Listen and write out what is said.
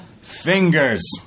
fingers